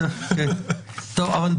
בהקשר הזה